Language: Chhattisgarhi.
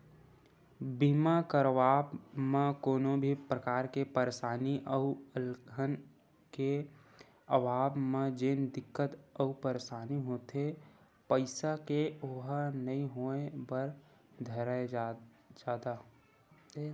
बीमा करवाब म कोनो भी परकार के परसानी अउ अलहन के आवब म जेन दिक्कत अउ परसानी होथे पइसा के ओहा नइ होय बर धरय जादा